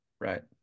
Right